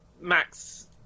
Max